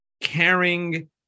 caring